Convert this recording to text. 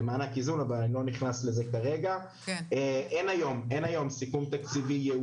כן, כן וזו גם עמדת הממשלה.